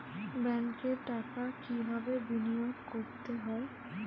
ব্যাংকে টাকা কিভাবে বিনোয়োগ করতে হয়?